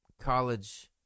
college